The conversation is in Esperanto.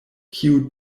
kiu